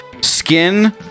skin